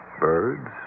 birds